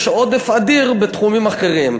יש עודף אדיר בתחומים אחרים.